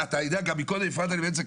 גם מקודם הפרעת לי באמצע.